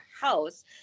house